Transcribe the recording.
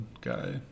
guy